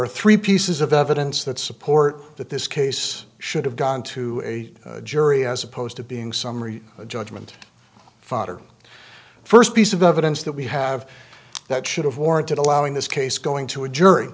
are three pieces of evidence that support that this case should have gone to a jury as opposed to being summary judgment fodder first piece of evidence that we have that should've warranted allowing this case going to a jury